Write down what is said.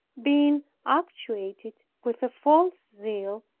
been actuated with a false zeal,